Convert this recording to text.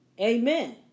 Amen